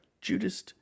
Judas